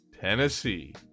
Tennessee